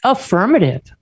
Affirmative